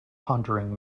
pondering